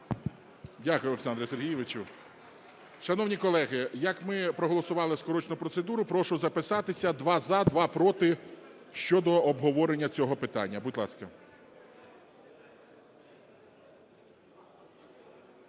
Дякую, Олександре Сергійовичу. Шановні колеги, як ми проголосували скорочену процедуру, прошу записатися: два – за, два – проти щодо обговорення цього питання, будь ласка.